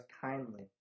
kindly